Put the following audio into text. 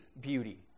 beauty